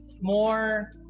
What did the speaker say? more